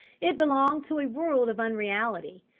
it belonged to a world of unreality,